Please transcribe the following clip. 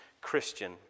Christian